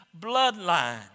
bloodline